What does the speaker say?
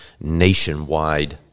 nationwide